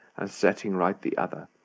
and setting right the other,